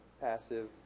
passive